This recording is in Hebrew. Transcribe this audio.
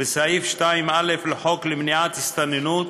בסעיף 2א לחוק למניעת הסתננות,